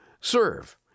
Serve